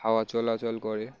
হাওয়া চলাচল করে